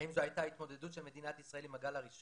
האם זו הייתה התמודדות של מדינת ישראל עם הגל הראשון,